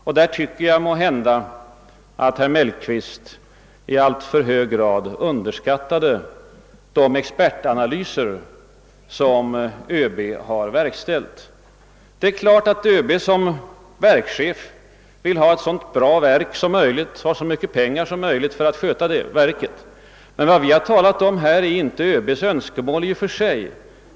På den punkten anser jag att herr Mellqvist i alltför hög grad underskattade de expertanalyser som ÖB utfört. Det är klart att ÖB som verkschef vill ha ett så bra verk som möjligt och så mycket pengar som möjligt för att sköta detsamma, men vi har inte här talat om ÖB:s önskemål i och för sig.